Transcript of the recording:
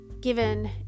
given